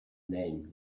name